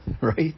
right